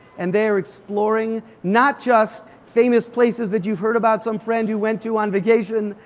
and they're exploring not just famous places that you've heard about some friend who went to on vacation,